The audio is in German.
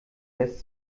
lässt